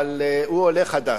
אבל הוא עולה חדש.